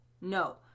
no